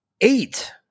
eight